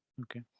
okay